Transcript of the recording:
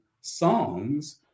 songs